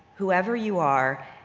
whoever you are,